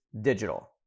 digital